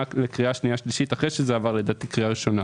לשנייה שלישית אחרי שעבר קריאה ראשונה,